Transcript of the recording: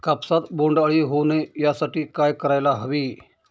कापसात बोंडअळी होऊ नये यासाठी काय करायला हवे?